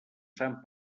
sant